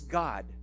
god